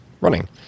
running